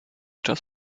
czas